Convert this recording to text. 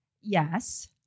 Yes